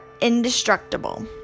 indestructible